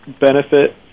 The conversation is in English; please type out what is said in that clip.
benefit